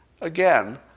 Again